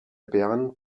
bern